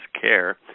care